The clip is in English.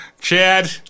Chad